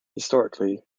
historically